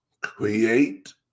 create